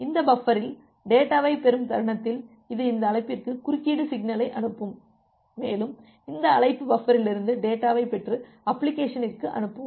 இந்த பஃபரில் டேட்டாவைப் பெறும் தருணத்தில் இது இந்த அழைப்பிற்கு குறுக்கீடு சிக்னலை அனுப்பும் மேலும் இந்த அழைப்பு பஃபரிலிருந்து டேட்டாவைப் பெற்று அப்ளிகேஷனிற்கு அனுப்பும்